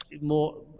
more